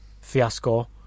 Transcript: fiasco